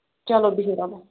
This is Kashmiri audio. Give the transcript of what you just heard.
چلو بِہِو وۅنۍ